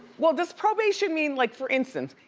well does probation mean, like for instance,